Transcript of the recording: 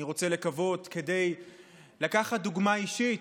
אני רוצה לקוות, כדי לקחת דוגמה אישית,